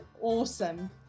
awesome